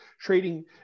trading